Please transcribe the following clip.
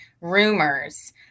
rumors